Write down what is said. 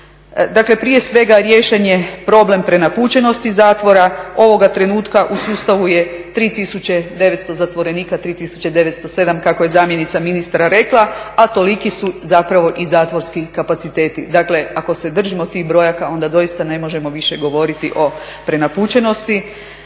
Dakle, prije svega riješen je problem prenapučenosti zatvora. Ovoga trenutka u sustavu je 3900 zatvorenika, 3907 kako je zamjenica ministra rekla, a toliki su zapravo i zatvorski kapaciteti. Dakle, ako se držimo tih brojaka, onda doista ne možemo više govoriti o prenapučenosti.